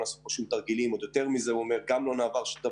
הוא גם לא מצא שישנה